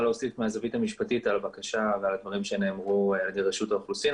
מהזווית המשפטית על הדברים שנאמרו על ידי רשות האוכלוסין.